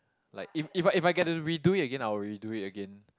like if if I get to redo it Again I will redo it again